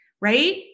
right